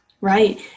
Right